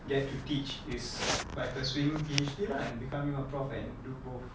get to teach is by pursuing P_H_D lah and becoming a prof and do both